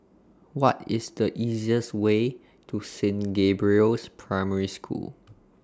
What IS The easiest Way to Saint Gabriel's Primary School